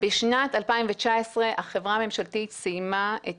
בשנת 2019 החברה הממשלתית סיימה את